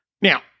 Now